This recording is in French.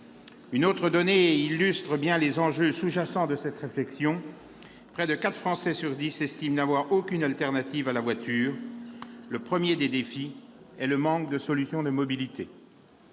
Une autre donnée illustre bien les enjeux sous-jacents à cette réflexion : près de quatre Français sur dix estiment n'avoir aucune alternative à la voiture. Le premier des défis est le manque de solutions de mobilité,